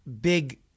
big